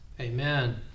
Amen